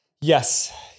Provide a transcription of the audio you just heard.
Yes